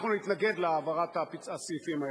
אנחנו נתנגד להעברת הסעיפים האלה.